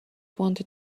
wanted